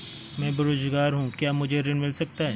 मैं बेरोजगार हूँ क्या मुझे ऋण मिल सकता है?